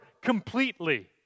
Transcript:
completely